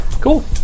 Cool